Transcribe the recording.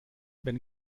wenn